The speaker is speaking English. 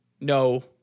no